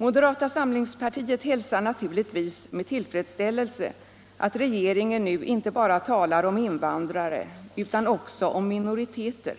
Moderata samlingspartiet hälsar naturligtvis med tillfredsställelse att regeringen nu inte bara talar om invandrare utan också om minoriteter,